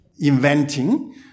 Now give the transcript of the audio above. inventing